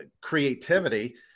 creativity